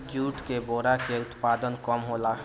jute के बोरा के उत्पादन कम होला